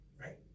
right